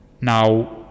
Now